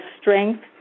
strength